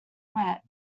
wet